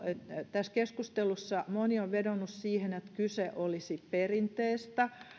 tässä keskustelussa moni on vedonnut siihen että kyse olisi perinteestä